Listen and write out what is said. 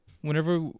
whenever